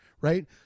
Right